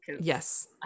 Yes